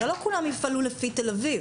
הרי לא כולם יפעלו לפי תל אביב